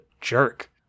jerk